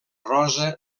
rosa